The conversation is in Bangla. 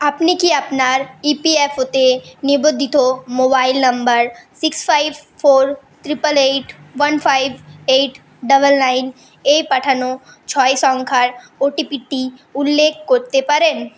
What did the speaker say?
আপনি কি আপনার ই পি এফ ও তে নিবন্ধিত mobile number six five four triple eight one five eight double nine এ পাঠানো ছয় সংখ্যার ও টি পি টি উল্লেখ করতে পারেন